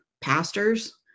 pastors